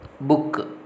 book